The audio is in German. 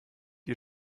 ihr